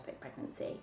pregnancy